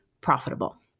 profitable